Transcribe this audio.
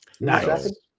Nice